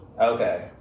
Okay